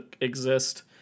exist